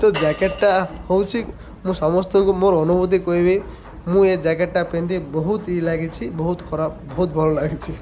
ତ ଜ୍ୟାକେଟ୍ଟା ହେଉଛି ମୁଁ ସମସ୍ତଙ୍କୁ ମୋର ଅନୁଭୂତି କହିବି ମୁଁ ଏ ଜ୍ୟାକେଟ୍ଟା ପିନ୍ଧି ବହୁତ ଇଏ ଲାଗିଛି ବହୁତ ଖରାପ ବହୁତ ଭଲ ଲାଗିଛି